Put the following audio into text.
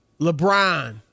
LeBron